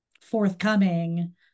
forthcoming